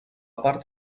part